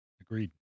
Agreed